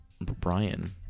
Brian